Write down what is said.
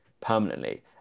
permanently